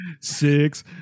six